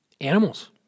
Animals